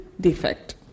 defect